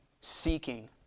seeking